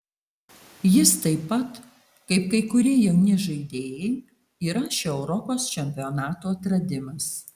jis taip pat kaip kai kurie jauni žaidėjai yra šio europos čempionato atradimas